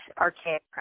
archaic